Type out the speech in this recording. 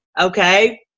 Okay